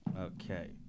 Okay